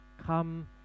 come